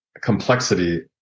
complexity